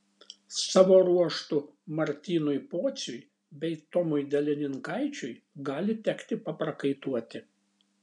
savo ruožtu martynui pociui bei tomui delininkaičiui gali tekti paprakaituoti